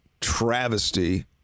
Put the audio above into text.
travesty